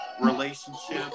relationship